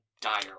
dire